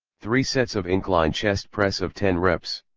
three sets of incline chest press of ten reps.